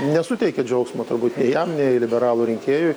nesuteikė džiaugsmo turbūt nei jam nei liberalų rinkėjui